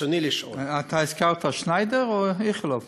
רצוני לשאול, אתה הזכרת את שניידר או את איכילוב?